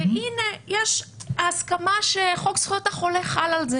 והנה, ההסכמה שחוק זכויות החולה חל על זה